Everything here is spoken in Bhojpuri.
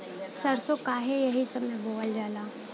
सरसो काहे एही समय बोवल जाला?